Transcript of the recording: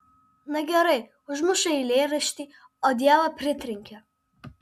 na gerai užmuša eilėraštį o dievą pritrenkia